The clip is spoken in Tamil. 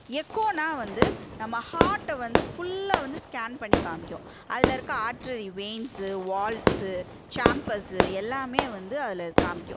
எக்கோனா வந்து நம்ம ஹாட்டை வந்து ஃபுல்லா வந்து ஸ்கேன் பண்ணி காமிக்கும் அதில் இருக்க ஆட்டரி வெயின்ஸ்ஸு வால்வ்ஸ்ஸு சேம்பர்ஸ்ஸு எல்லாமே வந்து அதில் காமிக்கும்